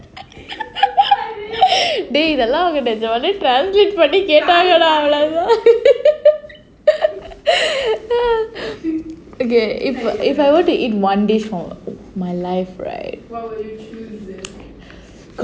dey சும்மா இரு இதெல்லாம் நிஜமாவே:summa iru idhelaam nijamaavae translate பண்ணி கேட்பாங்க:panni ketpanga okay if if I were to eat one dish for my life right